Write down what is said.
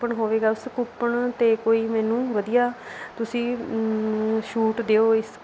coupon ਹੋਵੇਗਾ ਉਸ coupon 'ਤੇ ਕੋਈ ਮੈਨੂੰ ਵਧੀਆ ਤੁਸੀਂ ਛੂਟ ਦਿਓ ਇਸ